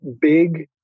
big